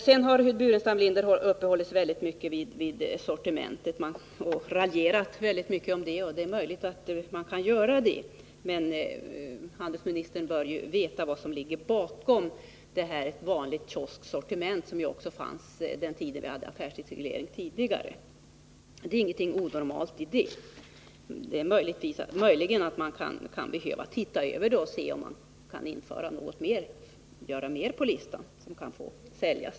Staffan Burenstam Linder har uppehållit sig väldigt mycket vid sortimentet och raljerat om det. Det är möjligt att man kan göra det. Men handelsministern bör ju veta vad som ligger bakom detta med vanligt kiosksortiment som fanns redan tidigare då vi hade en affärstidsreglering. Det är ingenting onormalt i det. Det är möjligt att man kan behöva se över detta sortiment och införa någonting mer på listan över det som får säljas.